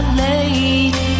late